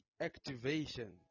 activation